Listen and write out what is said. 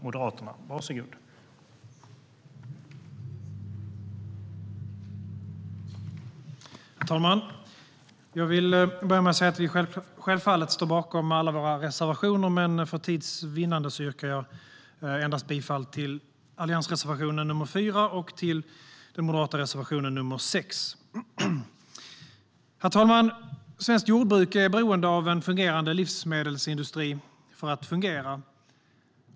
Herr talman! Jag vill börja med att säga att vi självfallet står bakom alla våra reservationer, men för tids vinnande yrkar jag bifall endast till alliansreservationen nr 4 och den moderata reservationen nr 6. Herr talman! Svenskt jordbruk är beroende av en fungerande livsmedelsindustri för att fungera.